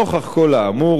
נוכח כל האמור,